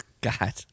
God